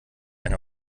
eine